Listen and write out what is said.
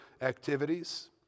activities